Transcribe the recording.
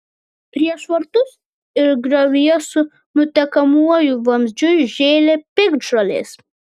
prieš vartus ir griovyje su nutekamuoju vamzdžiu žėlė piktžolės